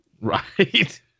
right